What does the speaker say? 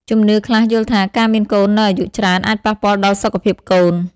ជំនឿខ្លះយល់ថា ការមានកូននៅអាយុច្រើនអាចប៉ះពាល់ដល់សុខភាពកូន។